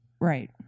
right